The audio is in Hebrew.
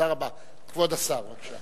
כבוד השר, בבקשה.